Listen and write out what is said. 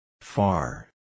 Far